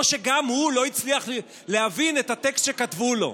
או שגם הוא לא הצליח להבין את הטקסט שכתבו לו.